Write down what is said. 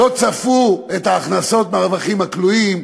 לא צפו את ההכנסות מהרווחים הכלואים,